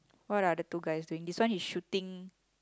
what are the two guys doing this one is shooting